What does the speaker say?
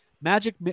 Magic